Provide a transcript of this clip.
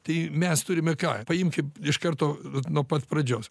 tai mes turime ką paimkim iš karto nuo pat pradžios